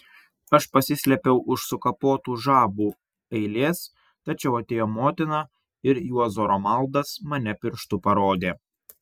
aš pasislėpiau už sukapotų žabų eilės tačiau atėjo motina ir juozo romaldas mane pirštu parodė